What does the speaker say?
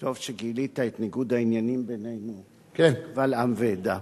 טוב שגילית את ניגוד העניינים בינינו קבל עם ועדה,